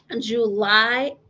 July